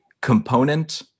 component